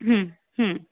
হুম হুম